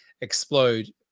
explode